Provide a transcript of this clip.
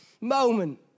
moment